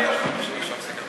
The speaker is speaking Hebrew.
התשובה היא לא, שזה לא בסדר.